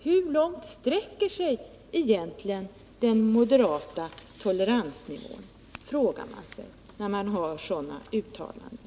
Hur långt sträcker sig egentligen den moderata toleransnivån frågar man sig när man hör sådana uttalanden.